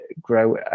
grow